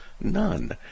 none